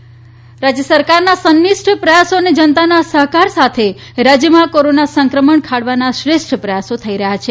રાજય ાલ રાજય સરકારના સંનિષ્ઠ પ્રયાસો અને જનતાનો સહકાર સાથે રાજયમાં કોરોના સંક્રમણ ખાળવાના શ્રેષ્ઠ પ્રયાસો થઇ રહયાં છે